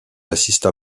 assista